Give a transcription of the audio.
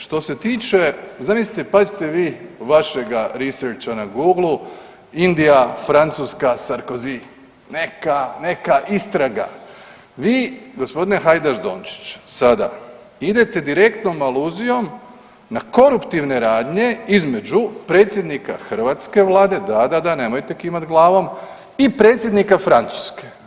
Što se tiče, zamislite pazite vi vašega researcha na Googlu Indija, Francuska, Sarkozy neka, neka istraga, vi g. Hajdaš Dončić sada idete direktnom aluzijom na koruptivne radne između predsjednika hrvatske Vlade, da, da, da nemojte kimat glavom i predsjednika Francuske.